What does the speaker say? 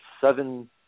seven